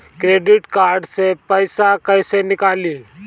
Credit card से पईसा केइसे निकली?